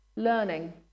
learning